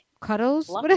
Cuddles